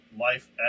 life